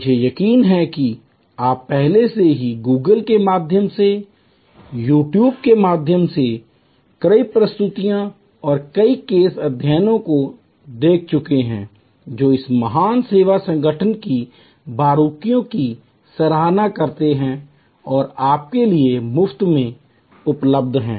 मुझे यकीन है कि आप पहले से ही Google के माध्यम से YouTube के माध्यम से कई प्रस्तुतियों और कई केस अध्ययनों को देख चुके हैं जो इस महान सेवा संगठन की बारीकियों की सराहना करते हुए आपके लिए मुफ्त में उपलब्ध हैं